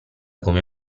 come